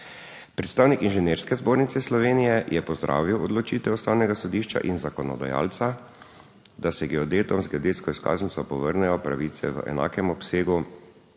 Predstavnik Inženirske zbornice Slovenije je pozdravil odločitev Ustavnega sodišča in zakonodajalca, da se geodetom z geodetsko izkaznico povrnejo pravice v enakem obsegu,